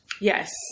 Yes